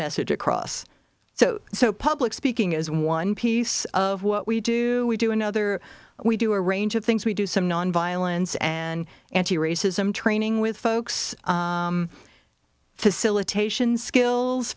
message across so so public speaking is one piece of what we do we do another we do a range of things we do some nonviolence an anti racism training with folks facilitation skills